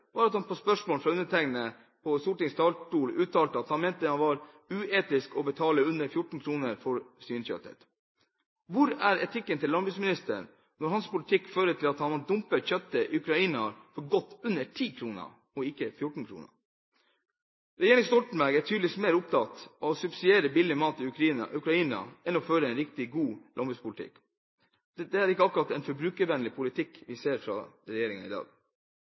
var at han på spørsmål fra undertegnede fra Stortingets talerstol uttalte at han mente det var «uetisk» å betale under 14 kr kiloen for svinekjøttet. Hvor er etikken når landbruksministerens politikk fører til at man dumper kjøttet i Ukraina for godt under 10 kr kiloen og ikke 14 kr? Regjeringen Stoltenberg er tydeligvis mer opptatt av å subsidiere billig mat i Ukraina enn å føre en riktig, god landbrukspolitikk. Det er ikke akkurat en forbrukervennlig politikk vi ser fra regjeringen i dag.